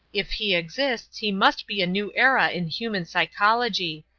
if he exists he must be a new era in human psychology.